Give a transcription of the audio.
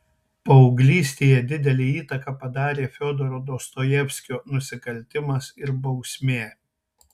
paauglystėje didelę įtaką padarė fiodoro dostojevskio nusikaltimas ir bausmė